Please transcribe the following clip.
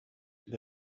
they